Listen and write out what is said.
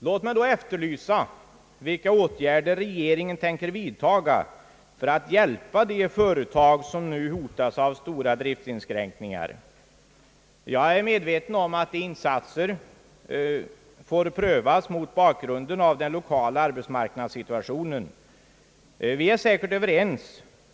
Låt mig då efterlysa vilka åtgärder regeringen tänker vidta för att hjälpa de företag, som nu hotas av stora driftsinskränkningar. Jag är medveten om att sådana insatser får prövas mot bakgrunden av den lokala arbetsmarknadssituationen.